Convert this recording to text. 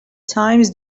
times